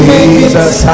Jesus